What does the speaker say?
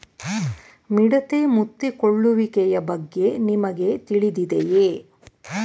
ಮಿಡತೆ ಮುತ್ತಿಕೊಳ್ಳುವಿಕೆಯ ಬಗ್ಗೆ ನಿಮಗೆ ತಿಳಿದಿದೆಯೇ?